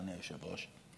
אדוני היושב-ראש,